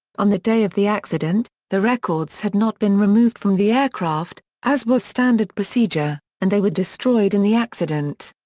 on the day of the accident, the records had not been removed from the aircraft, as was standard procedure, and they were destroyed in the accident.